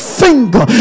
finger